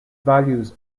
values